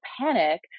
panic